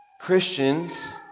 Christians